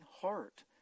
heart